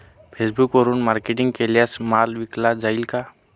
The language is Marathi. फेसबुकवरुन मार्केटिंग केल्यास माल विकला जाईल का?